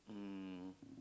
um